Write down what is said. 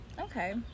Okay